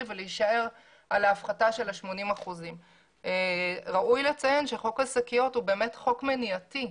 ולהישאר על ההפחתה של 80%. ראוי לציין שחוק השקיות הוא חוק מניעתי.